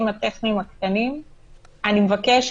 אני מבקש